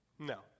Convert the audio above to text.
No